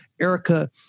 Erica